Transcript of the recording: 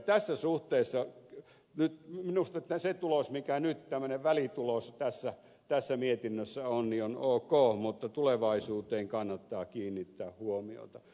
tässä suhteessa nyt minusta se tulos tämmöinen välitulos mikä nyt tässä mietinnössä on on ok mutta tulevaisuuteen kannattaa kiinnittää huomiota